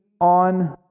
on